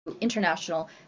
international